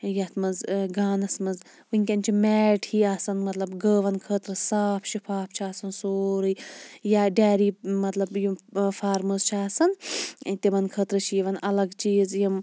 یتھ مَنٛز گانَس مَنٛز وٕنکٮ۪ن چھِ میٹ ہی آسان مَطلَب گاوَن خٲطرٕ صاف شِفاف چھ آسان سورُے یا ڈیری مَطلَب یِم فارمٕز چھِ آسان تِمَن خٲطرٕ چھِ یِوان اَلَگ چیٖز